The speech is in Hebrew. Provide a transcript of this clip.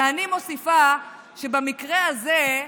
ואני מוסיפה שבמקרה הזה,